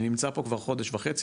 אני נמצא פה כבר חודש וחצי,